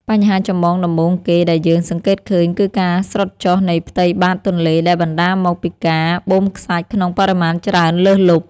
បញ្ហាចម្បងដំបូងគេដែលយើងសង្កេតឃើញគឺការស្រុតចុះនៃផ្ទៃបាតទន្លេដែលបណ្តាលមកពីការបូមខ្សាច់ក្នុងបរិមាណច្រើនលើសលប់។